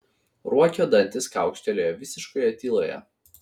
ruokio dantys kaukštelėjo visiškoje tyloje